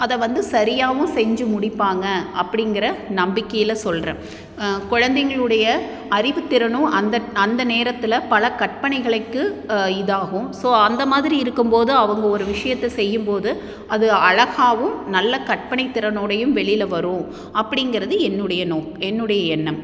அதை வந்து சரியாகவும் செஞ்சு முடிப்பாங்க அப்படிங்குற நம்பிக்கையில் சொல்கிறேன் குழந்தைகளுடைய அறிவு திறனும் அந்த அந்த நேரத்தில் பல கற்பனைகளுக்கு இதாகும் ஸோ அந்த மாதிரி இருக்கும் போது அவங்க ஒரு விஷயத்தை செய்யும் போது அது அழகாகவும் நல்ல கற்பனை திறனோடையும் வெளியில் வரும் அப்படிங்குறது என்னுடைய நோக் என்னுடைய எண்ணம்